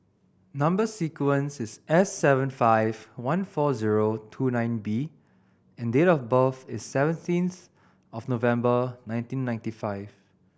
number sequence is S seven five one four zero two nine B and date of birth is seventeenth of November nineteen ninety five